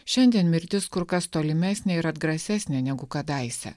šiandien mirtis kur kas tolimesnė ir atgrasesnė negu kadaise